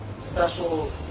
special